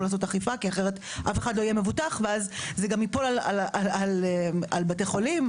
לעשות אכיפה כי אחרת אף אחד לא יהיה מבוטח ואז זה גם ייפול על בתי חולים,